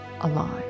alive